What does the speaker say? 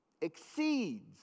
exceeds